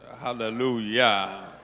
hallelujah